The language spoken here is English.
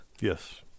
Yes